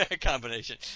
combination